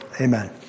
amen